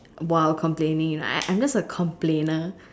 while complaining you know I I'm just a complainer